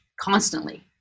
constantly